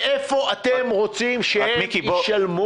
מאיפה אתם רוצים שהם ישלמו?